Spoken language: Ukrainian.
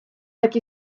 так